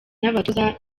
n’abatoza